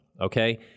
okay